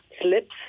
slips